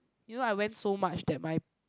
you know I went so much that my